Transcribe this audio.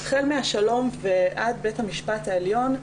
החל מהשלום ועד בית המשפט העליון,